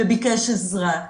וביקש עזרה.